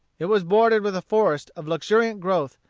it was bordered with a forest of luxuriant growth,